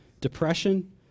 depression